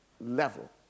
level